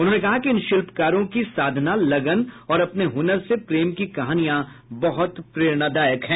उन्होंने कहा कि इन शिल्पकारों की साधना लगन और अपने हुनर से प्रेम की कहानियां बहुत प्रेरणादायक हैं